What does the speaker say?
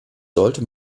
sollte